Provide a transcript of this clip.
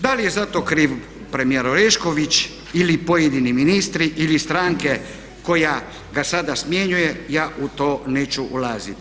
Da li je zato kriv premijer Orešković ili pojedini ministri ili stranke koja ga sada smjenjuje, ja u to neću ulaziti.